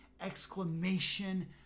exclamation